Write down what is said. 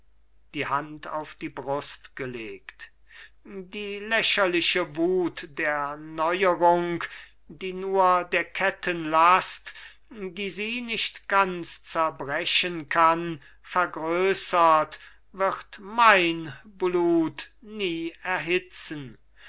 die hand auf die brust gelegt die lächerliche wut der neuerung die nur der ketten last die sie nicht ganz zerbrechen kann vergrößert wird mein blut nie erhitzen